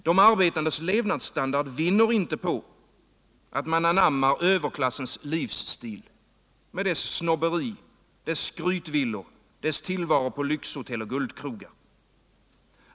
De arbetandes levnadsstandard vinner inte på att man anammar överklassens livsstil med dess snobberi, dess skrytvillor och dess tillvaro på lyxhotell och guldkrogar.